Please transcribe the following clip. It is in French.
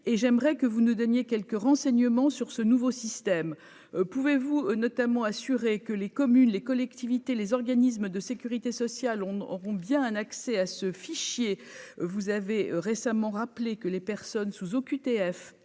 et j'aimerais que vous nous donniez quelques renseignements sur ce nouveau système, pouvez-vous notamment assuré que les communes, les collectivités, les organismes de Sécurité sociale on auront bien un accès à ce fichier, vous avez récemment rappelé que les personnes sous OQTF